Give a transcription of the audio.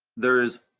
there's